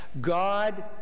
God